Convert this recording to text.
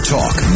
Talk